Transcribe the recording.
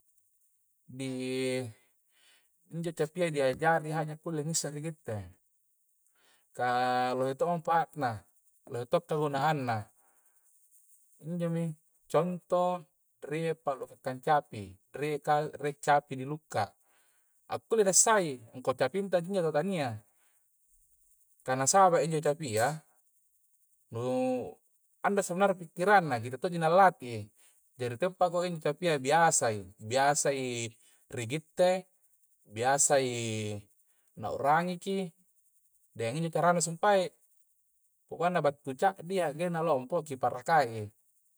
Di i injo capia diajari haja kulle ngisse ri kitte, kah lohe to' manpaatna lohe to' kagunaanna injomi contoh rie pallukang capi' rie kal eie capi' di lukka. a kulle nassai ngangkua capinta ji injo to tania ta nasaba injo capia nu ande sabarna pikkiranna kitte tonji nallati i jari tongpa ko i capia biasa i biasa i ri gitte biasa i na'urangiki dengan ini carana sumpae. pokokna battu ca'di ya agenna lompo kiparakai i